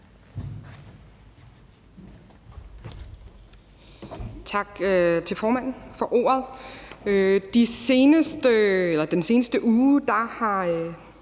Tak til formanden for ordet.